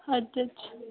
अच्छा अच्छा